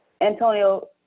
Antonio